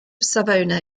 savona